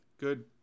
good